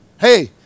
Hey